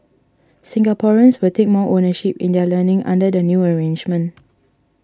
Singaporeans will take more ownership in their learning under the new arrangement